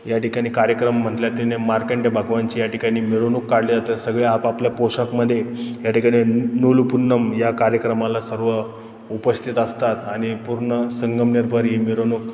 या ठिकाणी कार्यक्रम म्हणला तिने मार्कंड भगवानची या ठिकाणी मिरवणूक काढल्या तर सगळे आपापल्या पोशाखमध्ये याठिकाणी नुलूपून्नम या कार्यक्रमाला सर्व उपस्थित असतात आणि पूर्ण संगमनेरभर ही मिरवणूक